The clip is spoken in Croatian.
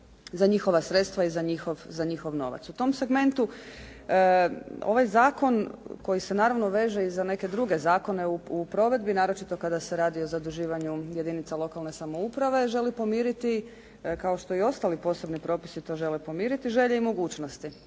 za njihova sredstva i za njihov novac. U tom segmentu ovaj zakon koji se naravno veže i za neke druge zakone u provedbi, naročito kada se radi o zaduživanju jedinica lokalne samouprave želi pomiriti, kao što i ostali posebni propisi to žele pomiriti želje i mogućnosti.